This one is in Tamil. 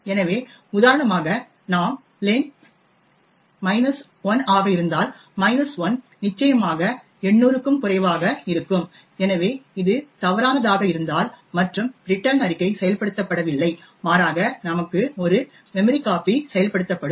எனவே உதாரணமாக நாம் லென் 1 ஆக இருந்தால் 1 நிச்சயமாக 800 க்கும் குறைவாக இருக்கும் எனவே இது தவறானதாக இருந்தால் மற்றும் ரிடர்ன் அறிக்கை செயல்படுத்தப்படவில்லை மாறாக நமக்கு ஒரு memcpy செயல்படுத்தப்படும்